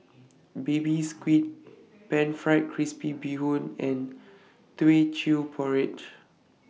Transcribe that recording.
Baby Squid Pan Fried Crispy Bee Hoon and Teochew Porridge